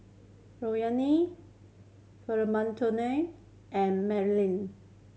Lorrayne Florentino and Melany